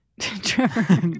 Trevor